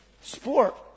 sport